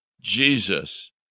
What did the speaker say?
Jesus